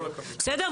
בסדר?